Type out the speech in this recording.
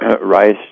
rice